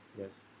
Yes